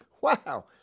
Wow